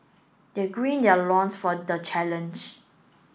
they green their loins for the challenge